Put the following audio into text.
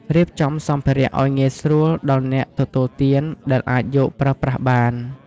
រៀបចំសម្ភារៈឱ្យងាយស្រួលដល់អ្នកទទួលទានដែលអាចយកប្រើប្រាស់បាន។